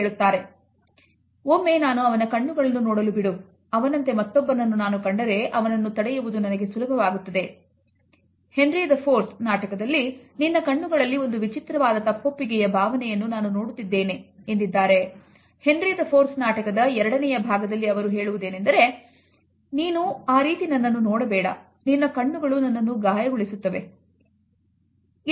Henry IV ನಾಟಕದ ಎರಡನೆಯ ಭಾಗದಲ್ಲಿ ಅವರು ಹೇಳುತ್ತಾರೆ ನೀನು ಆ ರೀತಿ ನನ್ನನ್ನು ನೋಡಬೇಡ ನಿನ್ನ ಕಣ್ಣುಗಳು ನನ್ನನ್ನು ಗಾಯಗೊಳಿಸುತ್ತವೆ ಎಂದಿದ್ದಾರೆ